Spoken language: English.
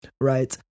right